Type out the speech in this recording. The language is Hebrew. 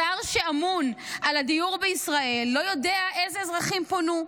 השר שאמון על הדיור בישראל לא יודע איזה אזרחים פונו,